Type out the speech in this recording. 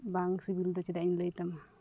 ᱵᱟᱝ ᱥᱤᱵᱤᱞ ᱫᱚ ᱪᱮᱫᱟᱜ ᱤᱧ ᱞᱟᱹᱭ ᱛᱟᱢᱟ